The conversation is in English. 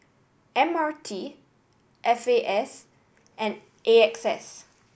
M R T F A S and A X S